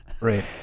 right